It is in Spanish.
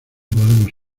podemos